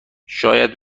شاید